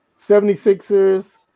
76ers